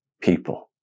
people